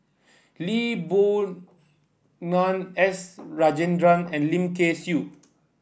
Lee Boon Ngan S Rajendran and Lim Kay Siu